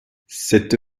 cette